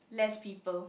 less people